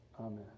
Amen